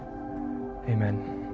Amen